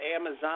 Amazon